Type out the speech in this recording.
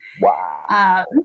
Wow